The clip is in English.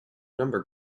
number